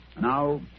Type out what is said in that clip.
Now